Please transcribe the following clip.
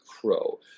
crow